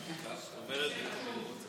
זה נושא חשוב.